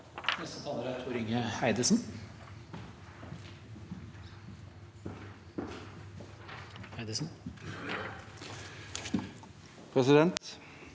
Presidenten